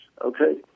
Okay